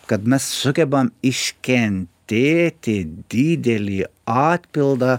kad mes sugebam iškentėti didelį atpildą